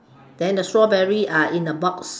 then the strawberries are in a box